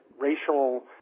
racial